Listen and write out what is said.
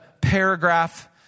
paragraph